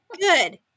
good